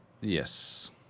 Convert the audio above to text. Yes